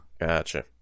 Gotcha